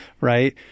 right